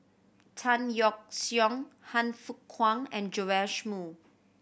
Tan Yeok Seong Han Fook Kwang and Joash Moo